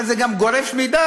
אבל זה גם גורף מדי,